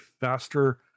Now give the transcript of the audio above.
faster